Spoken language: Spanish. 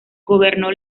gobernó